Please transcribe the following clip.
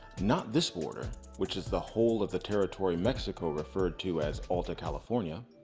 not this border which is the whole of the territory mexico referred to as alta california.